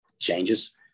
changes